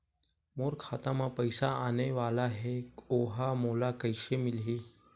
मोर खाता म पईसा आने वाला हे ओहा मोला कइसे मिलही?